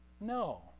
No